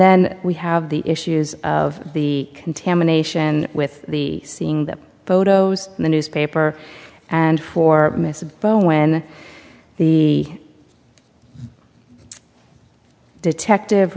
then we have the issues of the contamination with the seeing the photos in the newspaper and for miss a bone when the detective